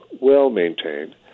well-maintained